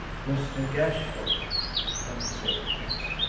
muster gashford remonstrated dennis,